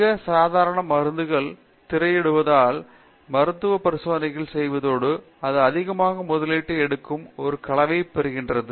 பேராசிரியர் சத்யநாராயணன் என் கும்மாடி மிகச் சாதாரணமான மருந்துகள் திரையிடுவதால் மருத்துவ பரிசோதனைகள் செய்வதோடு அது அதிகமான முதலீட்டை எடுக்கும் ஒரு கலவையைப் பெறுகிறது